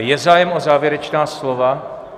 Je zájem o závěrečná slova?